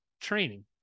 training